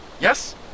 Yes